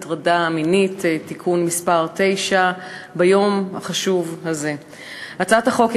הזה את הצעת החוק למניעת הטרדה מינית (תיקון מס' 9). הצעת החוק היא